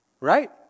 Right